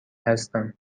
هستم